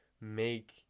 make